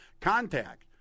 contact